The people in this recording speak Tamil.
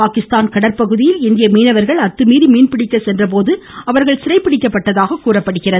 பாகிஸ்தான் கடற்பகுதியில் இந்திய மீனவர்கள் அத்துமீறி மீன்பிடிக்க சென்றபோது அவர்கள் சிறை பிடிக்கப்பட்டதாக கூறப்படுகிறது